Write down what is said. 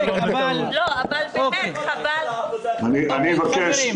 ------ אני אבקש,